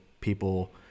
people